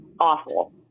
awful